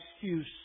excuse